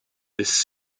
this